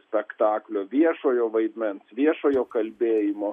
spektaklio viešojo vaidmens viešojo kalbėjimo